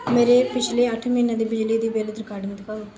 ਮੇਰੇ ਪਿਛਲੇ ਅੱਠ ਮਹੀਨਿਆਂ ਦੇ ਬਿਜਲੀ ਦੀ ਬਿਲ ਰਿਕਾਡਿੰਗ ਦਿਖਾਓ